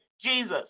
Jesus